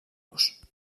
los